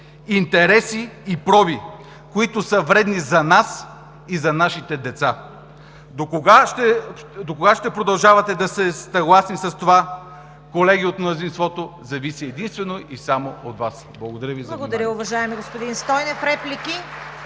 интереси и проби, които са вредни за нас и за нашите деца. Докога ще продължавате да сте съгласни с това, колеги от мнозинството, зависи единствено и само от Вас. Благодаря Ви за вниманието.